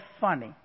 funny